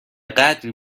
قدری